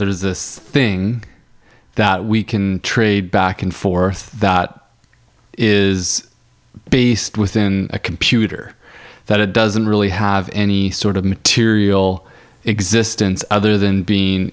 there is this thing that we can trade back and forth that is based within a computer that it doesn't really have any sort of material existence other than being